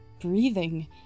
Breathing